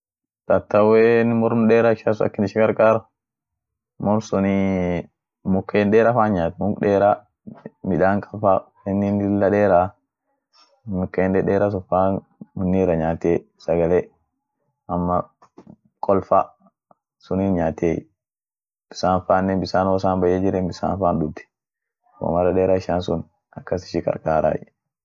tattawen morm deera ishian sun akin ishi karkaar morm sunii muken dera fan nyaat mukdeera, midan kab fa woinin lilla deera, muken dedeera sun fa, woni irra nyaatiey sagale ama kol fa sunin nyaatiey, bisan fanen bisan woisan bayya jirren bissan fan duud, gomara deera ishian sun akas ishi kakaraay.